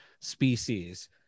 species